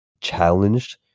challenged